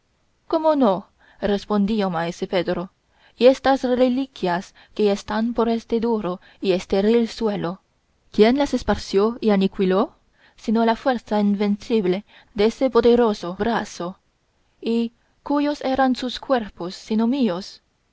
cómo no respondió maese pedro y estas reliquias que están por este duro y estéril suelo quién las esparció y aniquiló sino la fuerza invencible dese poderoso brazo y cúyos eran sus cuerpos sino míos